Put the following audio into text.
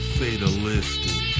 fatalistic